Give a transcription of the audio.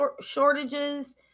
shortages